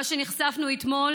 מה שנחשפנו אליו אתמול